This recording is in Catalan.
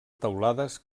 teulades